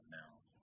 now